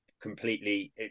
completely